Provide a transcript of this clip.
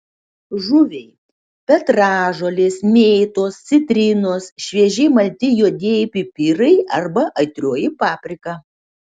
žuviai petražolės mėtos citrinos šviežiai malti juodieji pipirai arba aitrioji paprika